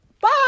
Bye